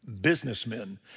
businessmen